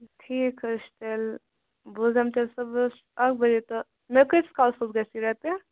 ٹھیٖک حٲز چھُ تیٚلہِ بہٕ حٲز انہٕ تیٚلہِ صُبحس اکھ بَجے تہٕ مے کۭتس کالس حٲز گَژھہِ یہِ ریٚپیر